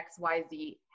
XYZ